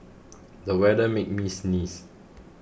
the weather made me sneeze